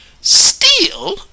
Steal